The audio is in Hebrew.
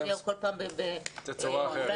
-- כי זה מופיע כל פעם בצורה אחרת.